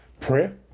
Prayer